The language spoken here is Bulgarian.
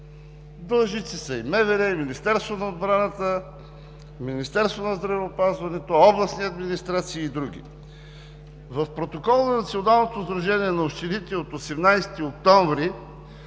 Длъжници са и МВР, и Министерство на отбраната, Министерството на здравеопазването, областни администрации и други. В протокола на Националното сдружение на общините от 18 октомври